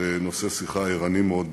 נושא שיחה ערני מאוד בינינו.